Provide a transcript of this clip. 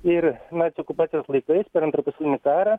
ir nacių okupacijos laikais per antrą pasaulinį karą